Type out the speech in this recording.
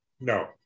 No